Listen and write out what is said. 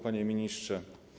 Panie Ministrze!